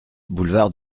boulevard